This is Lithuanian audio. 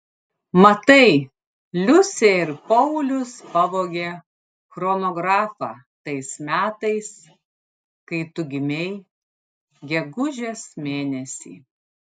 matai liusė ir paulius pavogė chronografą tais metais kai tu gimei gegužės mėnesį